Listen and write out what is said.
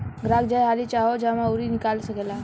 ग्राहक जय हाली चाहो जमा अउर निकाल सकेला